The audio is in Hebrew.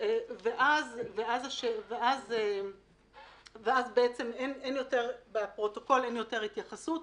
ואז אין יותר בפרוטוקול התייחסות.